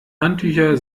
handtücher